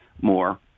more